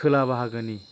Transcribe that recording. खोला बाहागोनि